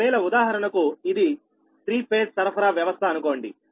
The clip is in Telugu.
ఒకవేళ ఉదాహరణకు ఇది 3 ఫేజ్ సరఫరా వ్యవస్థ అనుకోండి